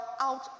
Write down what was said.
out